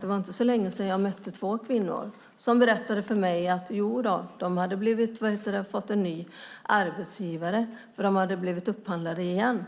Det var inte så länge sedan jag mötte två kvinnor som berättade för mig att de hade fått en ny arbetsgivare, för de hade blivit upphandlade igen.